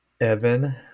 Evan